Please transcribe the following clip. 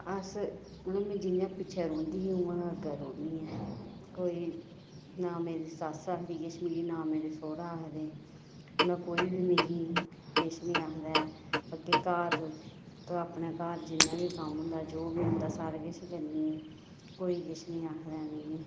अस मतलब मै जियां पिच्छे रौंह्दी ही उ'आं गै अग्गें रौह्नी आं कोई ना मेरी सस्स आखदी किश मिगी ना मेरे सौह्रा आखदे ना कोई बी मिगी किश नि आखदा ऐ बाकी घर ते अपने घर जियां बी कम्म होंदा जो बी होन्दा सारा किश करनी ऐ कोई बी किश नि आखदा ऐ मिगी